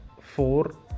four